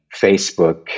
facebook